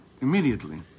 immediately